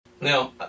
now